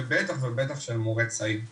ובטח ובטח של מורה צעיר.